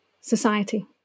society